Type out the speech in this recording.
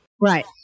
right